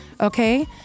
Okay